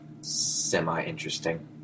semi-interesting